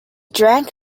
drank